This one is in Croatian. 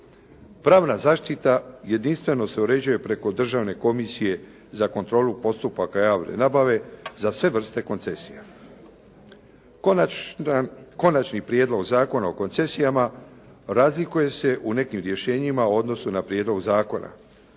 Pravna zaštita jedinstveno se uređuje preko Državne komisije za kontrolu postupaka javne nabave za sve vrste koncesija. Konačna, Konačni prijedlog Zakona o koncesijama razlikuje se u nekim rješenjima u odnosu na prijedlog zakona.